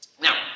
Now